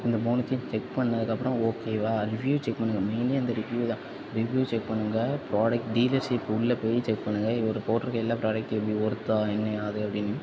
இந்த மூணுத்தையும் செக் பண்ணதுக்கப்புறம் ஓகேவா ரிவியூ செக் பண்ணுங்கள் மெயினே அந்த ரிவியூ தான் ரிவியூ செக் பண்ணுங்கள் ப்ராடக்ட் டீலர்ஷிப் உள்ள போய் செக் பண்ணுங்கள் இவரு போட்ருக்க எல்லா ப்ராடக்ட்டும் எப்படி ஒர்த்தா என்ன யாது அப்படின்னு